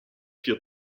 vier